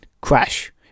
Crash